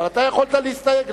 אבל אתה יכולת להסתייג.